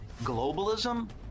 Globalism